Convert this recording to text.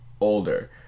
Older